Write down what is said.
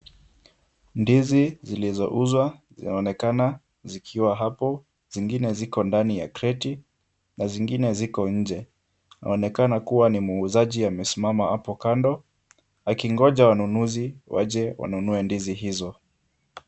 Ndizi zilizouzwa zinaonekana zikiwa hapo. Zingine ziko ndani ya kreti na zingine ziko nje. Inaonekana kuwa ni muuzaji amesimama hapo kando akingonja wanunuzi waje wanunue ndizi hizo.